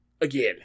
again